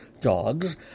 dogs